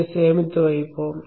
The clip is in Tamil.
இதை சேமித்து வைப்போம்